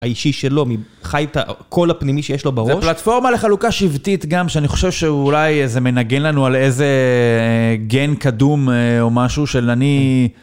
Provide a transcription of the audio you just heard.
האישי שלו, חי את הקול הפנימי שיש לו בראש. זה פלטפורמה לחלוקה שבטית גם, שאני חושב שאולי זה מנגן לנו על איזה גן קדום או משהו של אני...